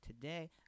Today